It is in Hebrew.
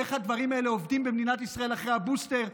איך הדברים האלה עובדים במדינת ישראל אחרי הבוסטר,